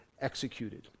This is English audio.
executed